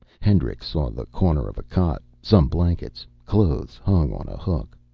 hendricks saw the corner of a cot, some blankets, clothes hung on a hook.